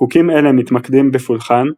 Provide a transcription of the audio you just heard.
חוקים אלה מתמקדים בפולחן,